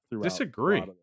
disagree